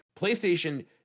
PlayStation